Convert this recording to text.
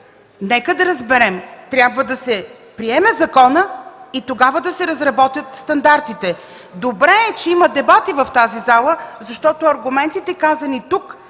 Нека да разберем, трябва да се приеме законът и тогава да се разработят стандартите. Добре е, че има дебати в тази зала, защото аргументите, казани тук,